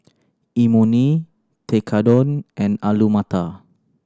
Imoni Tekkadon and Alu Matar